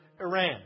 Iran